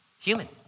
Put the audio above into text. human